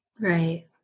Right